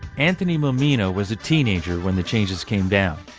anthony mamina was a teenager when the changes came down.